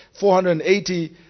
480